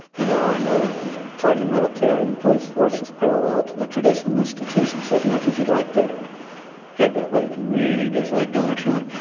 and there are no party military and police forces parallel to the traditional institutions. so as much as you'd like to head that way if you really dislike donald trump,